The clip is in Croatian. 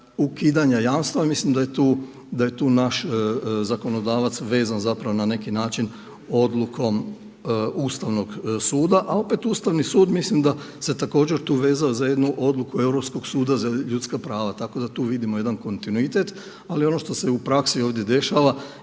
ukidanja jamstva, mislim da je tu naš zakonodavac vezan zapravo na neki način odlukom ustavnog suda a opet Ustavni sud mislim da se također tu vezano za jednu odluku Europskog suda za ljudska prava, tako da tu vidimo jedan kontinuitet ali ono što se u praksi ovdje dešava,